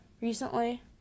recently